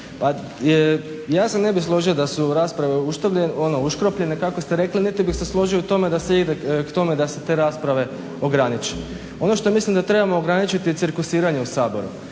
Pa ja se ne bih složio da su rasprave uškopljenje kako ste rekli niti bih se složio u tome da se ide k tome da se te rasprave ograniče. Ono što mislim da trebamo ograničiti je cirkusiranje u Saboru,